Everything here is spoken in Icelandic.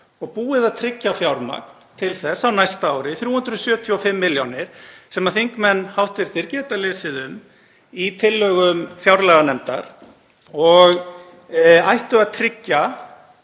og búið að tryggja fjármagn til þess á næsta ári, 375 milljónir, sem hv. þingmenn geta lesið um í tillögum fjárlaganefndar, og ættu að tryggja